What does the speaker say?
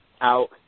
out